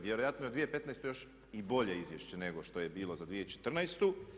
Vjerojatno je u 2015. još i bolje izvješće nego što je bilo za 2014.